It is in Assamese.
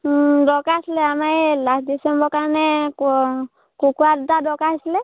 দৰকাৰ আছিলে আমাৰ এই লাষ্ট ডিচেম্বৰ কাৰণে ক কুকুৰা দুটা দৰকাৰ হৈছিলে